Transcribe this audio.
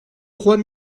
trois